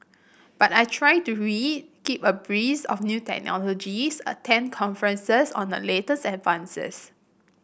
but I try to read keep abreast of new technologies attend conferences on the latest advances